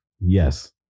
Yes